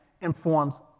informs